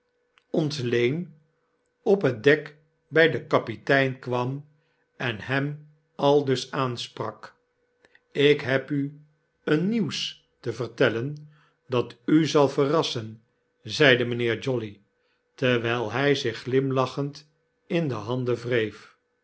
gehouden ontleen op het dek by den kapitein kwam en hem aldus aansprak ik heb u een nieuws te vertellen dat u zal verrassen zeide mijnheer jolly terwyl hy zich glimlachend in de handen wreef